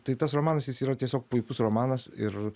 tai tas romanas jis yra tiesiog puikus romanas ir